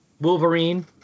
Wolverine